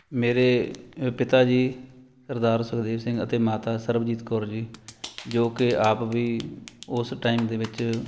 ਮੇਰੇ ਪਿਤਾ ਜੀ ਸਰਦਾਰ ਸੁਖਦੇਵ ਸਿੰਘ ਅਤੇ ਮਾਤਾ ਸਰਬਜੀਤ ਕੌਰ ਜੀ ਜੋ ਕਿ ਆਪ ਵੀ ਉਸ ਟਾਈਮ ਦੇ ਵਿੱਚ